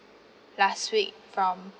last week from